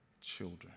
children